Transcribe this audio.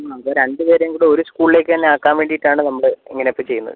ആ അത് രണ്ടു പേരേം കൂടെ ഒരു സ്കൂൾ തന്നെ ആക്കാൻ വേണ്ടീട്ടാണ് നമ്മൾ ഇങ്ങനെയൊക്കെ ചെയ്യുന്നത്